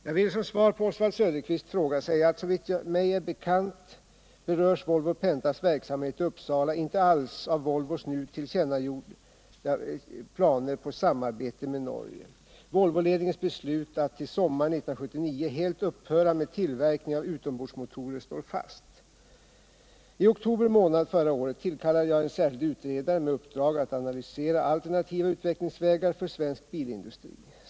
Jag vill som svar på Oswald Söderqvists fråga säga att såvitt mig är bekant berörs Volvo Pentas verksamhet i Uppsala inte alls av Volvos nu tillkännagjorda planer på samarbete med Norge. Volvoledningens beslut att till sommaren 1979 helt upphöra med tillverkningen av utombordsmotorer står fast. I oktober månad förra året tillkallade jag en särskild utredare med uppdrag att analysera alternativa utvecklingsvägar för svensk bilindustri.